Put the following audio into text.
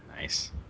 Nice